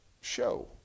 show